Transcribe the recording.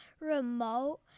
remote